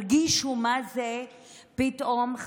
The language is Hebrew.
הרגישו פתאום,